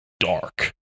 Dark